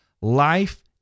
life